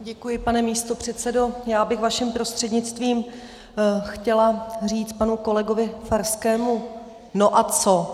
Děkuji, pane místopředsedo, já bych vaším prostřednictvím chtěla říct panu kolegovi Farskému: No a co?